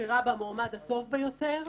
ובחירה במועמד הטוב ביותר,